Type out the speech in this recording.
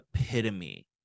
epitome